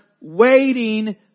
waiting